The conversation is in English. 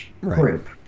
group